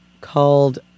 called